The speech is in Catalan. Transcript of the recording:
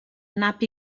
nap